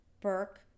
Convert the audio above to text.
Burke